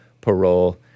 parole